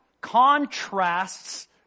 contrasts